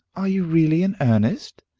are you really in earnest?